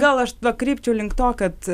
gal aš pakreipčiau link to kad